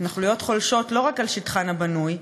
ההתנחלויות חולשות לא רק על שטחן הבנוי,